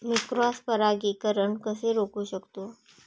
मी cross परागीकरण कसे रोखू शकतो?